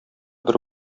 бер